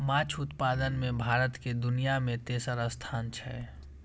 माछ उत्पादन मे भारत के दुनिया मे तेसर स्थान छै